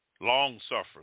long-suffering